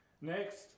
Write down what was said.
Next